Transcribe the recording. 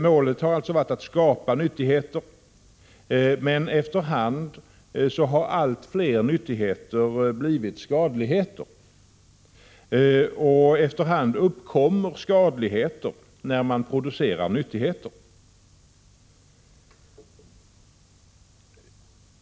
Målet har alltså varit att skapa nyttigheter, men efter hand har allt fler nyttigheter blivit skadligheter och efter hand uppkommer skadligheter när man producerar nyttigheter.